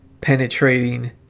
penetrating